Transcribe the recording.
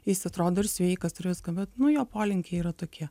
jis atrodo ir sveikas ir viską bet nu jo polinkiai yra tokie